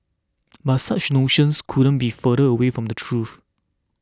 but such notions couldn't be further away from the truth